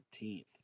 13th